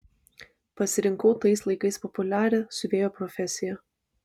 pasirinkau tais laikais populiarią siuvėjo profesiją